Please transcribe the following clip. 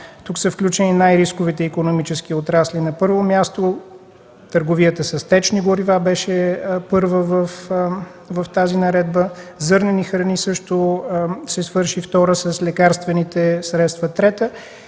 Тук са включени най-рисковите икономически отрасли. На първо място, търговията с течни горива, тя беше първа в тази наредба; зърнените храни също – втора, лекарствените средства – трета,